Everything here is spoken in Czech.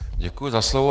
Děkuji za slovo.